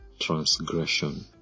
transgression